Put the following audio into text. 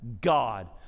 God